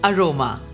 Aroma